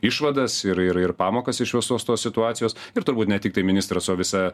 išvadas ir ir ir pamokas iš visos tos situacijos ir turbūt ne tiktai ministras o visa